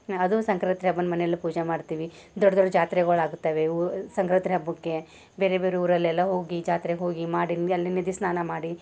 ಅದು ಸಂಕ್ರಾತಿ ಹಬ್ಬನ ಮನೆಯಲ್ಲೂ ಪೂಜೆ ಮಾಡ್ತೀವಿ ದೊಡ್ಡ ದೊಡ್ಡ ಜಾತ್ರೆಗಳು ಆಗುತ್ತಾವೆ ಊ ಸಂಕ್ರಾತಿ ಹಬ್ಬಕ್ಕೆ ಬೇರೆ ಬೇರೆ ಊರಲೆಲ್ಲ ಹೋಗಿ ಜಾತ್ರೆಗೆ ಹೋಗಿ ಮಾಡಿಂದು ಅಲ್ಲಿ ನಿದಿ ಸ್ನಾನ ಮಾಡಿ